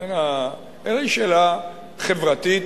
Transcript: כנראה שאלה חברתית,